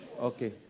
okay